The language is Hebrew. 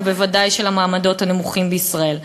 ובוודאי של המעמדות הנמוכים בישראל.